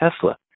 Tesla